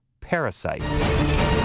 parasite